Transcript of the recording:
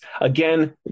Again